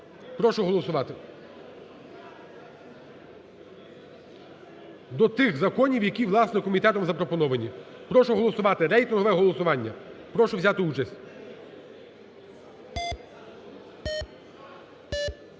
Прошу голосувати. До тих законів, які, власне, комітетом запропоновані. Прошу голосувати, рейтингове голосування, прошу взяти участь.